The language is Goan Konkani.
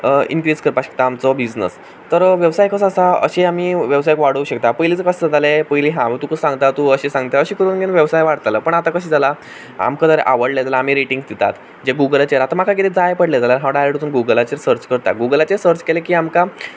इन्क्रीज करपाक शकता आमचो बिजनस तर हो वेवेसाय कसो आसा अशें आमी वेवसाय वाडोवंक शकता पयलींचें कशें जातालें पयलीं हांव तुका सांगता तूं अशें सांगता अशें करून वेवसाय वाडटालो पूण आतां कशें जालां आमकां जर आवडलें जाल्यार आमी रेटिंग्स दितात म्हणजे गुगलाचेर आतां म्हाका कितें जाय पडलें जाल्यार हांव डायरेक्ट वचून गुगलाचेर सर्च करतात गुगलाचेर सर्च केलें की आमकां